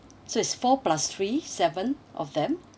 so it's four plus three seven of them